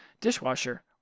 dishwasher